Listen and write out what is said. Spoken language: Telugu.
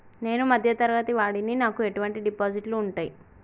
నేను మధ్య తరగతి వాడిని నాకు ఎటువంటి డిపాజిట్లు ఉంటయ్?